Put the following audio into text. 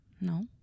No